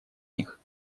них